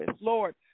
Lord